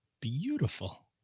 beautiful